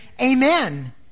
Amen